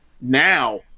Now